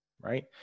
Right